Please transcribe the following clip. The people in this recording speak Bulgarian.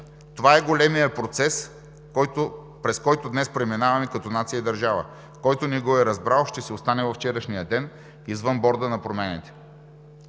това е големият процес, през който днес преминаваме като нация и държава. Който не го е разбрал, ще си остане във вчерашния ден – извън борда на промените.